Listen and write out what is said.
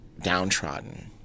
downtrodden